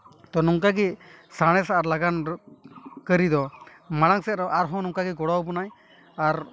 ᱛᱚ ᱱᱚᱝᱠᱟ ᱜᱮ ᱥᱟᱬᱮᱥ ᱟᱨ ᱞᱟᱜᱟᱱ ᱠᱟᱹᱨᱤ ᱫᱚ ᱢᱟᱲᱟᱝ ᱥᱮᱫ ᱟᱨᱦᱚᱸ ᱱᱚᱝᱠᱟ ᱜᱮ ᱜᱚᱲᱚᱣᱟᱵᱚᱱᱟᱭ ᱟᱨ